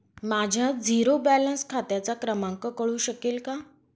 माझ्या zero balance खात्याचा क्रमांक कळू शकेल का?